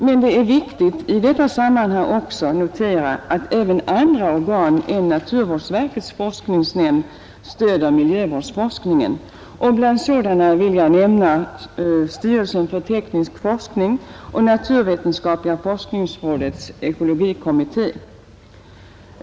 Men det är viktigt i detta sammanhang att också notera att andra organ än naturvårdsverkets forskningsnämnd stöder miljövårdsforskningen, och bland sådana vill jag nämna styrelsen för teknisk forskning och naturvetenskapliga forskningsrådets ekologikommitté.